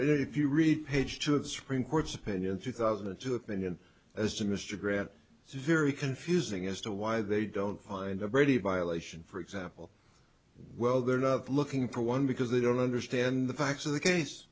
if you read page two of the supreme court's opinion two thousand and two opinion as to mr grant it's very confusing as to why they don't find a brady violation for example well they're not looking for one because they don't understand the facts of the case